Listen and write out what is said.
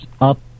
up